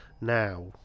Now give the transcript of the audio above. now